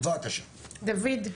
דוד.